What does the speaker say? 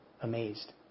amazed